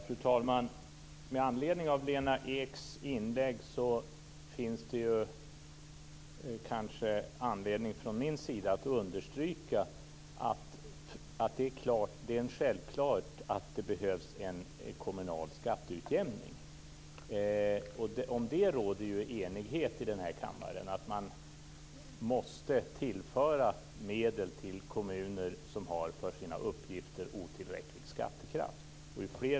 Fru talman! Jag finner med anledning av Lena Eks inlägg för min del anledning att understryka att det är en självklarhet att det behövs en kommunal skatteutjämning. Det råder enighet i den här kammaren om att man måste tillföra medel till kommuner som har otillräcklig skattekraft för sina uppgifter.